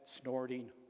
snorting